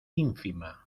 ínfima